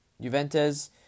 Juventus